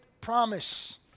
promise